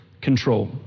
control